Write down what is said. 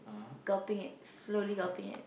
gulping it slowly gulping it